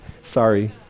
Sorry